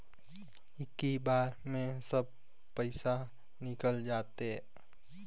इक्की बार मे सब पइसा निकल जाते?